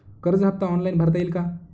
कर्ज हफ्ता ऑनलाईन भरता येईल का?